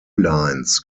lines